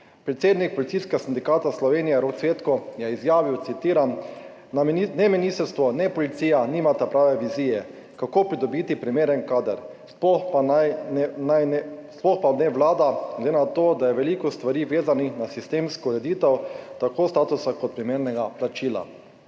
Predsednik Policijskega sindikata Slovenije Rok Cvetko je izjavil, citiram: »Ne ministrstvo ne policija nimata prave vizije, kako pridobiti primeren kader. Sploh pa ne vlada – glede na to, da je veliko stvari vezanih na sistemsko ureditev tako statusa kot primernega plačila.«